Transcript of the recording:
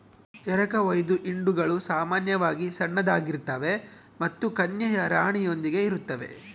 ಎರಕಹೊಯ್ದ ಹಿಂಡುಗಳು ಸಾಮಾನ್ಯವಾಗಿ ಸಣ್ಣದಾಗಿರ್ತವೆ ಮತ್ತು ಕನ್ಯೆಯ ರಾಣಿಯೊಂದಿಗೆ ಇರುತ್ತವೆ